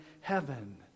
heaven